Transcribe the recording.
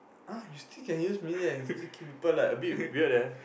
!huh! you still can use melee and still kill people like a bit weird leh